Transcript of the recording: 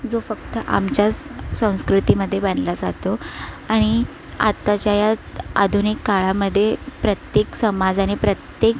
जो फक्त आमच्याच संस्कृतीमध्ये बनला जातो आणि आताच्या या आधुनिक काळामध्ये प्रत्येक समाजाने प्रत्येक